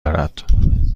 دارد